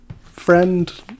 friend